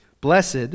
Blessed